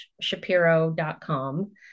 shapiro.com